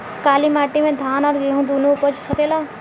काली माटी मे धान और गेंहू दुनो उपज सकेला?